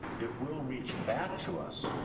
it will reach back to us,